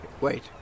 Wait